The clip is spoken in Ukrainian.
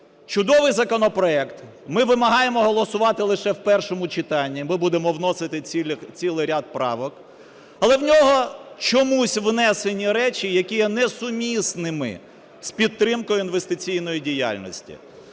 Чудовий законопроект, ми вимагаємо голосувати лише в першому читанні, ми будемо вносити цілий ряд правок, але в нього чомусь внесені речі, які є несумісними з підтримкою інвестиційної діяльності.